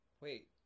wait